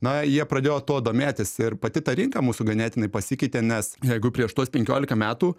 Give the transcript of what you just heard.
na jie pradėjo tuo domėtis ir pati ta rinka mūsų ganėtinai pasikeitė nes jeigu prieš tuos penkioliką metų